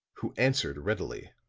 who answered readily